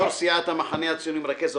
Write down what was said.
יו"ר סיעת המחנה הציוני ומרכז האופוזיציה,